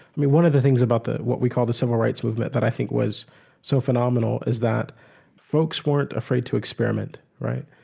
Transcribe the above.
i mean, one of the things about what we call the civil rights movement that i think was so phenomenal is that folks weren't afraid to experiment, right?